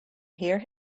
hear